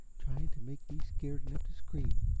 trying to make me scared enough to scream.